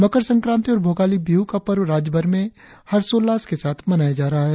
मकर सक्रांति और भोगाली बिहू का पर्व राज्यभर में हर्षोल्लास के साथ मनाया जा रहा है